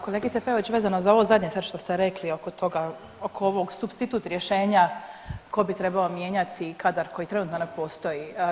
Kolegice Peović vezano za ovo zadnje sad što ste rekli oko toga, oko ovog supstitut rješenja tko bi trebao mijenjati kadar koji trenutno ne postoji.